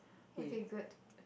okay good